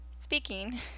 speaking